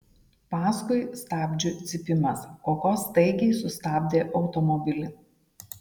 paskui stabdžių cypimas koko staigiai sustabdė automobilį